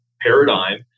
paradigm